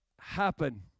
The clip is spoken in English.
happen